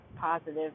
positive